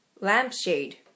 Lampshade